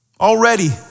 Already